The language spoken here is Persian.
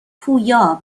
پویا